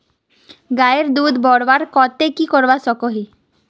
गायेर दूध बढ़वार केते की करवा सकोहो ही?